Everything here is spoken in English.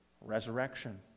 Resurrection